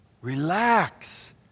Relax